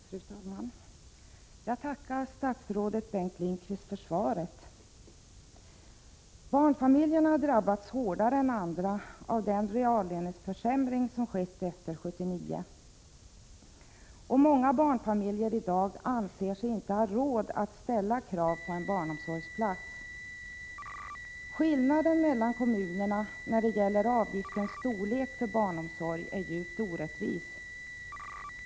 Fru talman! Jag tackar statsrådet Bengt Lindqvist för svaret. Barnfamiljerna har drabbats hårdare än andra av den reallöneförsämring som skett efter 1979, och många barnfamiljer anser sig i dag inte ha råd att ställa krav på en barnomsorgsplats. Skillnaden mellan kommunerna när det gäller avgiftens storlek för barnomsorg är djupt orättvis.